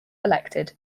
elected